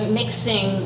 mixing